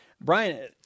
Brian